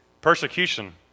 Persecution